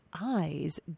eyes